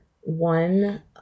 one